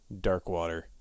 Darkwater